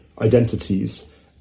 identities